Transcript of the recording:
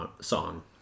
song